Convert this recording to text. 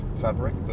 fabric